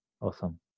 awesome